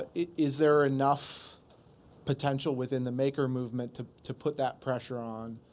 is there enough potential within the maker movement to to put that pressure on,